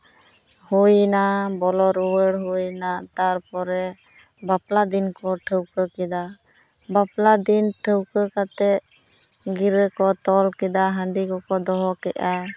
ᱦᱩᱭᱮᱱᱟ ᱵᱚᱞᱚ ᱨᱩᱣᱟᱹᱲ ᱦᱩᱭᱮᱱᱟ ᱛᱟᱯᱚᱨᱮ ᱵᱟᱯᱞᱟ ᱫᱤᱱ ᱠᱚ ᱴᱷᱟᱹᱣᱠᱟᱹ ᱠᱮᱫᱟ ᱵᱟᱯᱞᱟ ᱫᱤᱱ ᱴᱷᱟᱹᱣᱠᱟᱹ ᱠᱟᱛᱮ ᱜᱤᱨᱟᱹ ᱠᱚ ᱛᱚᱞ ᱠᱮᱫᱟ ᱦᱟᱺᱰᱤ ᱠᱚᱠᱚ ᱫᱚᱦᱚ ᱠᱮᱜᱼᱟ